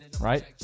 right